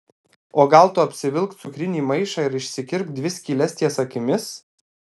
o gal tu apsivilk cukrinį maišą ir išsikirpk dvi skyles ties akimis